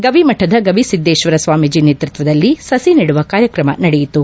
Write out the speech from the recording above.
ಗವಿ ಮಠದ ಗವಿಸಿದ್ದೇಶ್ವರ ಸ್ವಾಮೀಜಿ ನೇತೃತ್ವದಲ್ಲಿ ಸಸಿ ನೆಡುವ ಕಾರ್ಯತ್ರಮ ನಡೆಯಿತು